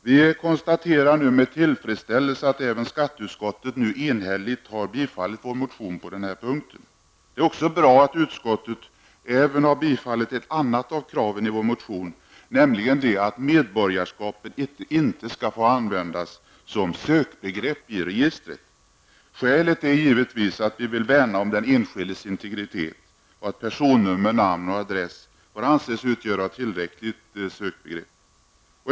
Vi konstaterar med tillfredsställelse att även skatteutskottet nu enhälligt tillstyrkt vår motion på denna punkt. Det är bra att utskottet även biträder ett annat av kraven i vår motion, nämligen att medborgarskap inte skall få användas som sökbegrepp i registret. Skälet är givetvis att vi vill värna om den enskildes integritet och att personnummer, namn och adress får anses utgöra tillräckliga sökbegrepp.